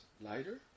lighter